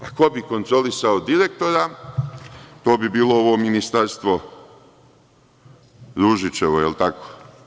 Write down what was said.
A ko bi kontrolisao direktora, to bi bilo ovo Ministarstvo Ružićevo, je li tako?